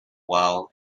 while